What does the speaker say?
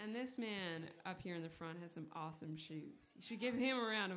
and this man here in the front has an awesome she she give him round